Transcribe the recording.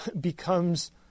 becomes